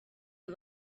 are